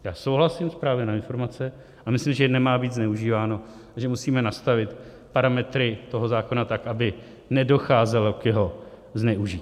Já souhlasím s právem na informace a myslím si, že nemá být zneužíváno a že musíme nastavit parametry toho zákona tak, aby nedocházelo k jeho zneužití.